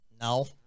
no